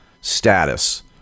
status